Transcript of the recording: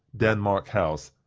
denmark house,